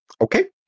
Okay